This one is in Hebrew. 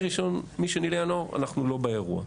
מ-2 בינואר אנחנו לא באירוע.